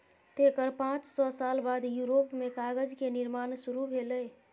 तेकर पांच सय साल बाद यूरोप मे कागज के निर्माण शुरू भेलै